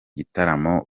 gitaramo